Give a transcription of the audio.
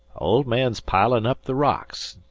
old man's piling up the rocks.